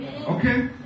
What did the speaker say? Okay